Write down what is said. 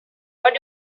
what